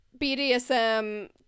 BDSM